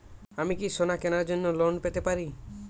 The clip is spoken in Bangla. আমি কি সোনা কেনার জন্য লোন পেতে পারি?